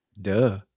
Duh